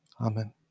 Amen